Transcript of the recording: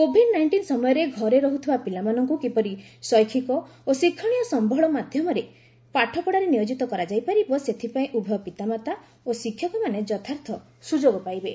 Covid nineteen ସମୟରେ ଘରେ ରହୁଥିବା ପିଲାମାନଙ୍କୁ କିପରି ଶୈକ୍ଷିକ ଓ ଶିକ୍ଷଣୀୟ ସମ୍ଘଳ ମାଧ୍ୟମରେ ପାଠପଢ଼ାରେ ନିୟୋକିତ କରାଯାଇ ପାରିବ ସେଥିପାଇଁ ଉଭୟ ପିତାମାତା ଓ ଶିକ୍ଷକମାନେ ଯଥାର୍ଥ ସୁଯୋଗ ପାଇବେ